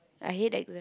I hate exam